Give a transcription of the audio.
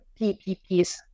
PPPs